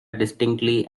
distinctly